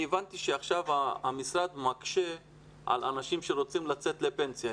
אני הבנתי שעכשיו המשרד מקשה על אנשים רוצים לצאת לפנסיה.